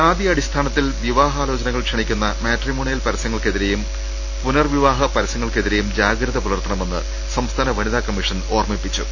ജാതി അടിസ്ഥാനത്തിൽ വിവാഹാലോചനകൾ ക്ഷണിക്കുന്ന മാട്രി മോണിയൽ പരസ്യങ്ങൾക്കെതിരേയും പുനർവിവാഹ പരസ്യ ങ്ങൾക്കെതിരേയും ജാഗ്രത പുലർത്തണമെന്ന് സംസ്ഥാന വനിതാ കമ്മീഷൻ ഓർമ്മിപ്പിച്ചു